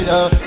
up